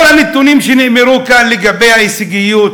כל הנתונים שנאמרו כאן לגבי ההישגיות,